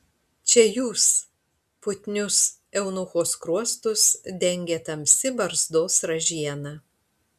čia jūs putnius eunucho skruostus dengė tamsi barzdos ražiena